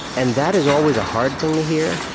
and that is always a hard thing to hear,